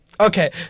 Okay